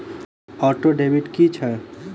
Auto debit की छैक?